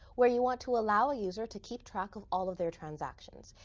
where you want to allow a user to keep track of all of their transactions.